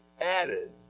added